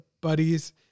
buddies